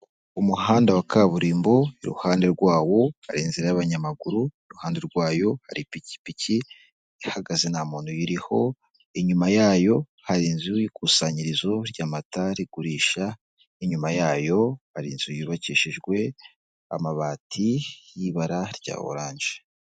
Umuhanda wa kaburimbo iruhande rwawo hari inzira y'abanyamaguru, iruhande rwayo hari ipikipiki ihagaze nta muntu iyiriho, inyuma yayo hari inzu y'ikusanyirizo ry'amata rigurisha, inyuma yayo hari inzu yubakishijwe amabati y'ibara rya oranje.